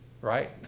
Right